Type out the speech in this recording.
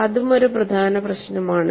അതും ഒരു പ്രധാന പ്രശ്നം ആണ്